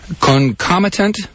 concomitant